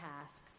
tasks